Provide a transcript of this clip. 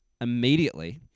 immediately